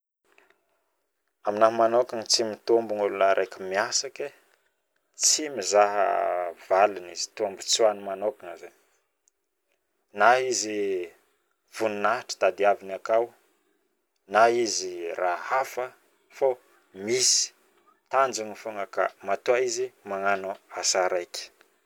Aminahy manokana tsy mitombogno olo araiky miasa kai tsy mitady valiny valisoany manokangna na izy voninahitra tadiaviny aka na raha hafa fao misy tanjony foagna aka matoa izy magnano asa araiky